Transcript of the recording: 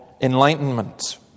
enlightenment